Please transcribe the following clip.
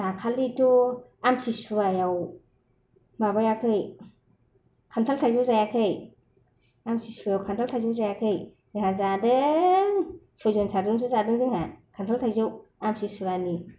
दाखालिथ' आमतिसुवायाव माबायाखै खान्थाल थाइजौ जायाखै आमतिसुवायाव खान्थाल थाइजौ जायाखै जोंहा जादों सयजोन सातजोनसो जादों जोंहा खान्थाल थाइजौ आमतिसुवानि